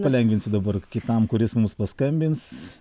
palengvinsiu dabar kitam kuris mums paskambins